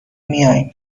میایم